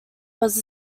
was